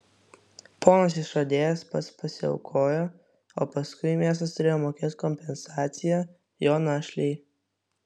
ponas išradėjas pats pasiaukojo o paskui miestas turėjo mokėt kompensaciją jo našlei